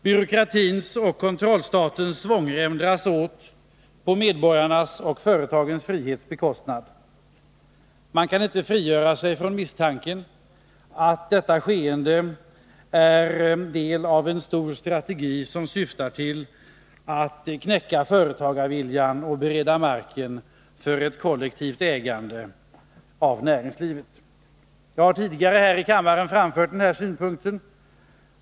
Byråkratins och kontrollstatens svångrem dras åt på medborgarnas och företagens frihets bekostnad. Man kan inte frigöra sig från misstanken att detta skeende är en del i en stor stategi, som syftar till att knäcka företagarviljan och bereda marken för ett kollektivt ägande av näringslivet. Jag har tidigare här i kammaren framfört denna synpunkt.